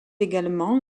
également